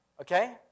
okay